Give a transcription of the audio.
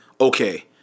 okay